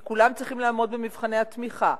כי כולם צריכים לעמוד במבחני התמיכה.